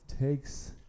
takes –